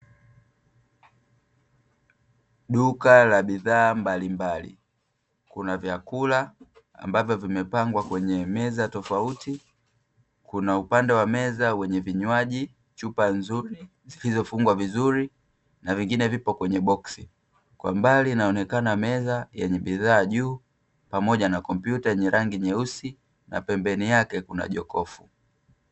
Duka la bidhaa mbalimbali. Kuna vyakula ambavyo vimepangwa kwenye meza tofauti, kuna upande wa meza wenye vinywaji, chupa nzuri zilizo fungwa vizuri na vingine vipo kwenye boksi. Kwa mbali inaonekana meza yenye bidhaa juu pamoja na kompyuta yenye rangi nyeusi, na pembeni yake kuna jokofu.